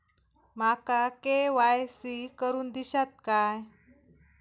माका के.वाय.सी करून दिश्यात काय?